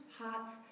Hearts